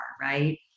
right